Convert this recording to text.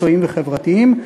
מקצועיים וחברתיים.